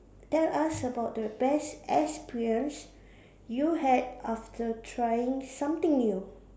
tell us about the best experience you had after trying something new